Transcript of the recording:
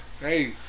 Hey